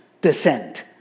descent